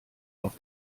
auf